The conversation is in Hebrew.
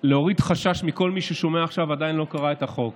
להוריד חשש מכל מי ששומע עכשיו ועדיין לא קרא את החוק.